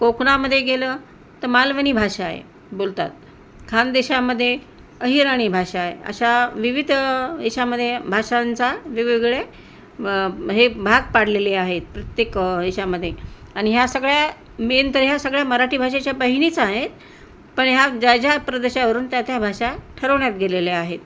कोकणामध्ये गेलं तर मालवणी भाषा आहे बोलतात खान्देशामध्ये अहिराणी भाषा आहे अशा विविध याच्यामध्ये भाषां चा वेगवेगळे ब् हे भाग पाडलेले आहेत प्रत्येक याच्यामध्ये आणि ह्या सगळ्या मेन तर ह्या सगळ्या मराठी भाषेच्या बहिणीच आहेत पण ह्या ज्या ज्या प्रदेशावरून त्या त्या भाषा ठरवण्यात गेलेल्या आहेत